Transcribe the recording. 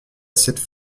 cette